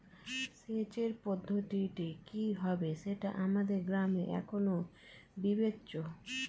সেচের পদ্ধতিটি কি হবে সেটা আমাদের গ্রামে এখনো বিবেচ্য